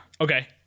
Okay